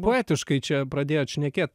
poetiškai čia pradėjot šnekėt